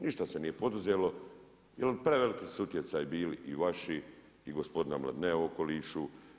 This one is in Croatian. Ništa se nije poduzelo jer preveliki su utjecali bili i vaši i gospodina Mladinea u okolišu.